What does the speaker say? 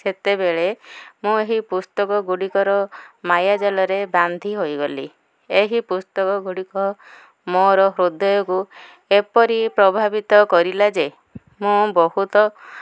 ସେତେବେଳେ ମୁଁ ଏହି ପୁସ୍ତକ ଗୁଡ଼ିକର ମାୟା ଜଲରେ ବାନ୍ଧି ହୋଇଗଲି ଏହି ପୁସ୍ତକ ଗୁଡ଼ିକ ମୋର ହୃଦୟକୁ ଏପରି ପ୍ରଭାବିତ କରିଲା ଯେ ମୁଁ ବହୁତ